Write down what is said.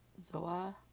Zoa